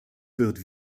wird